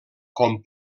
com